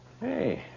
Hey